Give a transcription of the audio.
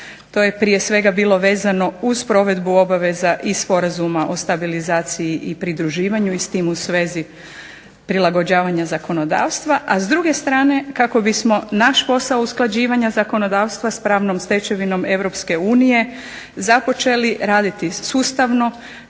To je prije svega bilo vezano uz provedbu obaveza i sporazuma o stabilizaciji i pridruživanju i s tim u svezi prilagođavanja zakonodavstva, a s druge strane kako bismo naš posao usklađivanja zakonodavstva sa pravnom stečevinom Europske unije započeli raditi sustavno,